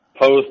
post